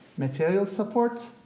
material support,